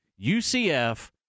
UCF